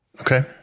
okay